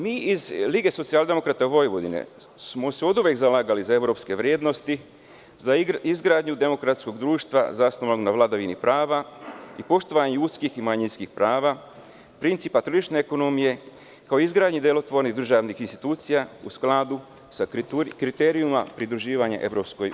Mi iz Lige socijaldemokrata Vojvodine smo se oduvek zalagali za evropske vrednosti, za izgradnju demokratskog društva, zasnovan na vladavini prava i poštovanju ljudskih i manjinskih prava, principa tržišne ekonomije kao izgradnji delotvornih državnih institucija, u skladu sa kriterijumima pridruživanja EU.